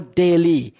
daily